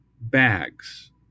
bags